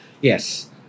Yes